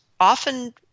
often